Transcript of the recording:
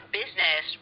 business